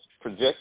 project